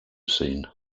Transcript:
seen